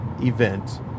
event